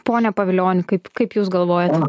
pone pavilioni kaip kaip jūs galvojat